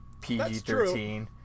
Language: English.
pg-13